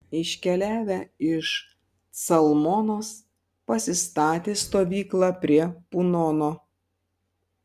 iškeliavę iš calmonos pasistatė stovyklą prie punono